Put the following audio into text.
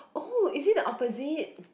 oh is it the opposite